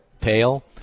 pale